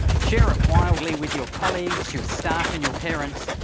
share it wildly with your colleagues, your staff, and your parents.